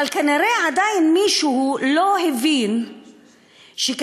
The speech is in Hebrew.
אבל כנראה עדיין מישהו לא הבין שכאשר